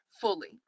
fully